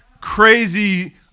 crazy